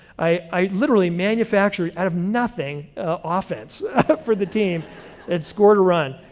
i literally manufactured out of nothing offense for the team and scored a run.